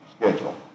schedule